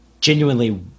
genuinely